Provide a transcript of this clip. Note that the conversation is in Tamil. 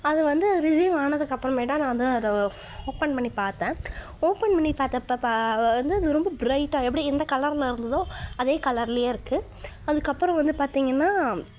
அது வந்து ரிசீவ் ஆனதுக்கப்புறமே தான் நான் வந்து அதை ஓப்பன் பண்ணி பார்த்தேன் ஓப்பன் பண்ணி பார்த்தப்ப ப அது வந்து அது ரொம்ப பிரைட்டாக எப்படி எந்த கலரில் இருந்ததோ அதே கலர்லேயே இருக்குது அதுக்கப்புறம் வந்து பார்த்திங்கன்னா